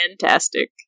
Fantastic